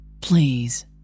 Please